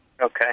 Okay